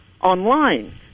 online